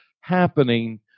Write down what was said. happening